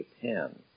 Japan